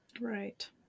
Right